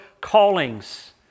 callings